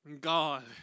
God